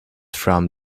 from